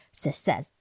success